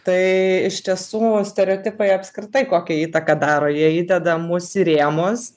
tai iš tiesų stereotipai apskritai kokią įtaką daro jie įdeda mus į rėmus